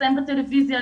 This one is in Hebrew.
לפרסם בטלוויזיה,